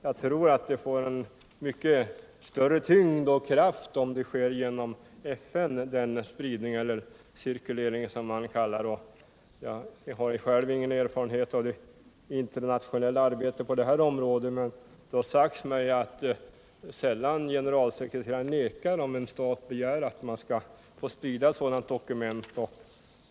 Jag tror dock att denna spridning får en större tyngd och kraft om den sker via FN. Jag har själv ingen erfarenhet av internationellt arbete på detta område, men det har sagts mig att det är sällan som generalförsamlingens sekreterare nekar när en stat begär att få sprida ett dokument av detta slag.